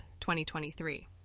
2023